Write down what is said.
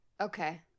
Okay